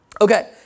Okay